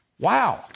Wow